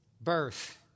birth